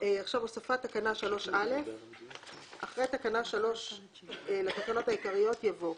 הוספת תקנה 3א 3. אחרי תקנה 3 לתקנות העיקריות יבוא: